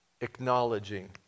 acknowledging